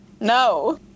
No